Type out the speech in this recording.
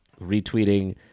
retweeting